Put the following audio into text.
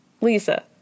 Lisa